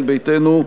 ישראל ביתנו: